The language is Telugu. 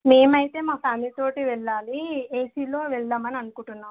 మేమైతే మా ఫ్యామిలీ తోటి వెళ్ళాలి ఏసీలో వెళ్దామని అనుకుంటున్నాము